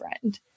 friend